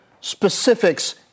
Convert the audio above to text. specifics